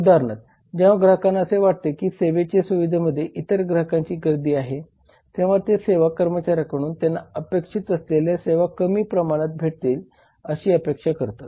उदाहरणार्थ जेव्हा ग्राहकांना असे वाटते की सेवेच्या सुविधेमध्ये इतर ग्राहकांची गर्दी आहे तेव्हा ते सेवा कर्मचाऱ्यांकडून त्यांना अपेक्षित असलेल्या सेवा कमी प्रमाणात भेटतील अशी अपेक्षा करतील